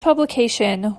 publication